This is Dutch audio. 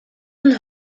een